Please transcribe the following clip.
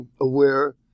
aware